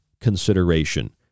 consideration